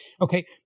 Okay